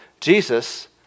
Jesus